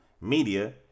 media